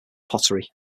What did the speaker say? pottery